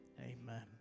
Amen